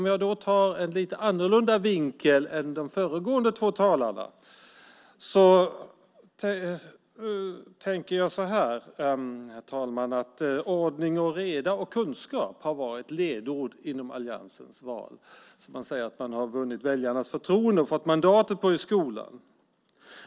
Jag har en lite annorlunda vinkel än de föregående två talarna, herr talman. Ordning och reda och kunskap har varit ledord inom alliansen. Man säger att man har vunnit väljarnas förtroende och fått mandat när det gäller skolan.